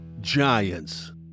Giants